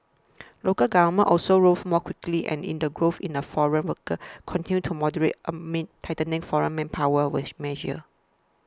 local employment also rose more quickly and in the growth in the foreign workers could to moderate amid tightened foreign manpower with measures